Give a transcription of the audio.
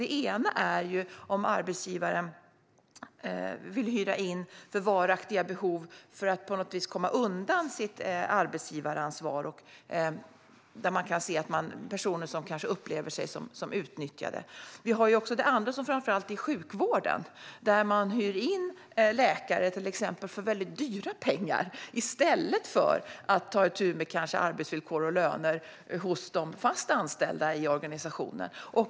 Det ena är om arbetsgivaren vill hyra in för varaktiga behov för att komma undan sitt arbetsgivaransvar och personer kanske upplever sig som utnyttjade. Det andra är framför allt att man inom sjukvården hyr in till exempel läkare för väldigt dyra pengar i stället för att ta itu med arbetsvillkor och löner för de fast anställda i organisationen.